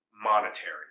monetary